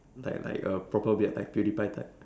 like like a proper beard like pewdiepie type